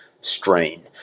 strain